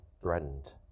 threatened